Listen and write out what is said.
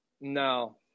No